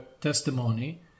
testimony